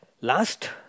Last